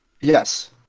Yes